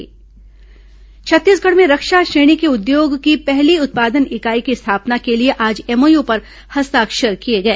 रक्षा उद्योग एमओयू छत्तीसगढ़ में रक्षा श्रेणी के उद्योग की पहली उत्पादन इकाई की स्थापना के लिए आज एमओयू पर हस्ताक्षर किए गए